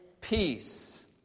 peace